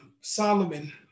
Solomon